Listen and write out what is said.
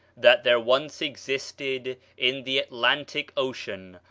that there once existed in the atlantic ocean,